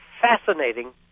fascinating